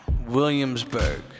Williamsburg